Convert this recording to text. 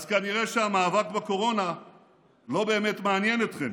אז כנראה שהמאבק בקורונה לא באמת מעניין אתכם